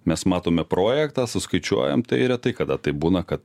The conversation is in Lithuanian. mes matome projektą suskaičiuojam tai retai kada taip būna kad